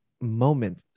moment